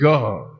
God